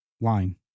line